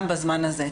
גם בזמן הזה.